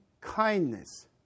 kindness